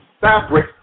fabric